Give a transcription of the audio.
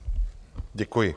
Děkuji.